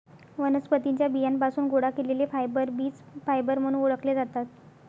वनस्पतीं च्या बियांपासून गोळा केलेले फायबर बीज फायबर म्हणून ओळखले जातात